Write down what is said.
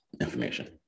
information